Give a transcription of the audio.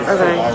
Okay